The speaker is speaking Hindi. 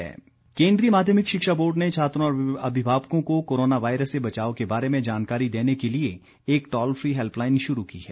हैल्पलाइन केन्द्रीय माध्यमिक शिक्षा बोर्ड ने छात्रों और अभिभावकों को कोरोना वायरस से बचाव के बारे में जानकारी देने के लिए एक टॉल फ्री हेल्पलाइन शुरू की है